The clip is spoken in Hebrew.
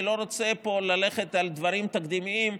אני לא רוצה פה ללכת על דברים תקדימיים,